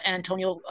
Antonio